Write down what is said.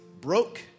broke